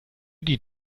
die